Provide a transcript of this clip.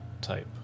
type